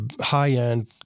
high-end